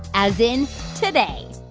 as in today.